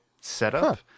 setup